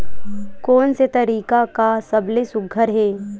कोन से तरीका का सबले सुघ्घर हे?